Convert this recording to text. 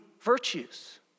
virtues